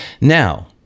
Now